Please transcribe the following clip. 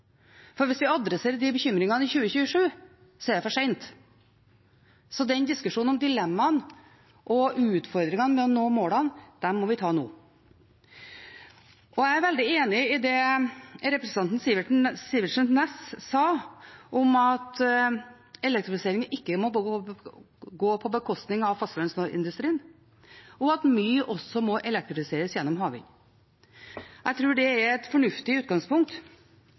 for hvis vi adresserer de bekymringene i 2027, er det for sent. Diskusjonen om dilemmaene og utfordringene med å nå målene må vi ta nå. Jeg er veldig enig i det representanten Sivertsen Næss sa om at elektrifisering ikke må gå på bekostning av fastlandsindustrien, og at mye også må elektrifiseres gjennom havvind. Jeg tror det er et fornuftig utgangspunkt,